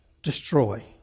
destroy